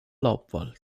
laubwald